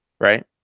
right